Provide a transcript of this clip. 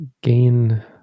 gain